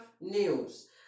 news